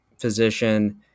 physician